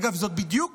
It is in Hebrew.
אגב, זה בדיוק